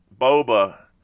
Boba